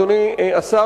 אדוני השר,